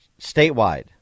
Statewide